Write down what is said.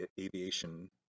aviation